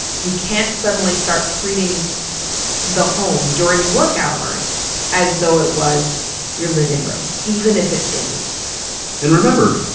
you can't suddenly start treating the home during work hours as though it was your living room, even if it is and remember,